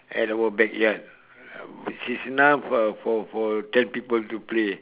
at our backyard which is enough uh for for ten people to play